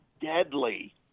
deadly